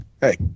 Hey